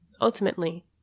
Ultimately